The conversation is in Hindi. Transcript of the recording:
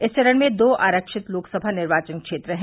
इस चरण में दो आरक्षित लोकसभा निर्वाचन क्षेत्र हैं